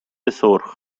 سرخ